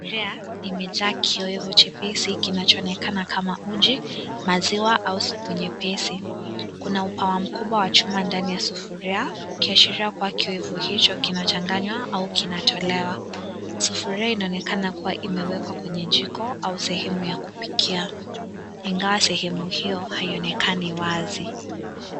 Trea imajaa kiwevu chepesi kinachoonekana kama uji, maziwa au supu nyepesi. Kuna upawa mkubwa wa chuma ndani ya sufuria, ukiashiria kuwa kiwevu hicho kinachanganywa au kinatolewa. Sufuria inaonekana kuwa imewekwa kwenye jiko au sehemu ya kupikia, ingawa sehemu hiyo haionekani wazi.